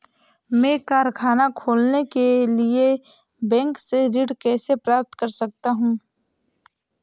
मैं कारखाना खोलने के लिए बैंक से ऋण कैसे प्राप्त कर सकता हूँ?